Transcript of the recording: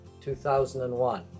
2001